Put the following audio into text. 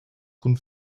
cun